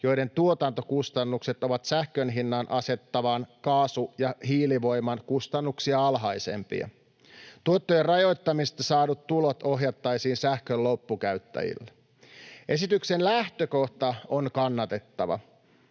joiden tuotantokustannukset ovat sähkön hinnan asettavan kaasu- ja hiilivoiman kustannuksia alhaisempia. Tuottojen rajoittamisesta saadut tulot ohjattaisiin sähkön loppukäyttäjille. Esityksen lähtökohta on kannatettava.